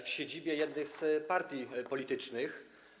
w siedzibie jednej z partii politycznych.